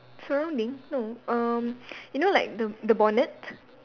surrounding no um you know like the the bonnet